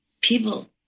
people